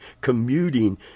commuting